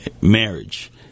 marriage